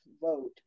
vote